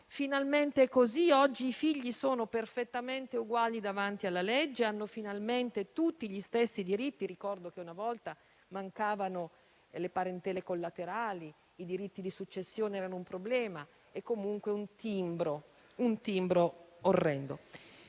finalmente è così. Oggi i figli sono perfettamente uguali davanti alla legge e hanno finalmente tutti gli stessi diritti. Ricordo che una volta mancavano le parentele collaterali, che i diritti di successione erano un problema e che, comunque, era un timbro orrendo.